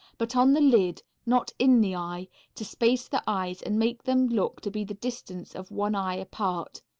but on the lid not in the eye to space the eyes and make them look to be the distance of one eye apart.